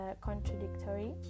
contradictory